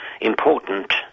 important